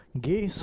gay